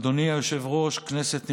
אדוני היושב-ראש, כנסת נכבדה,